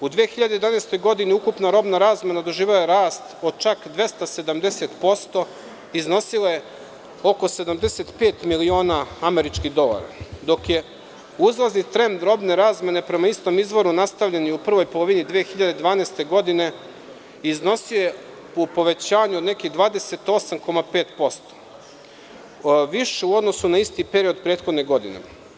U 2011. godini ukupna robna razmena doživela je rast od 270% i iznosila je oko 75 miliona američkih dolara, dok je uzlazni trend robne razmene prema istom izvoru nastavljen i u prvoj polovini 2012. godine i iznosio je u povećanju nekih 28,5% više u odnosu na isti period prethodne godine.